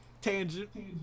Tangent